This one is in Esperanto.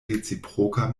reciproka